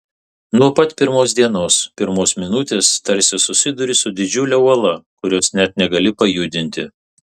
nuo pat pirmos dienos pirmos minutės tarsi susiduri su didžiule uola kurios net negali pajudinti